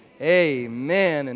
amen